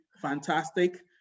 fantastic